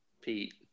Pete